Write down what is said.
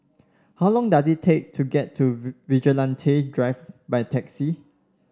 how long does it take to get to Vigilante Drive by taxi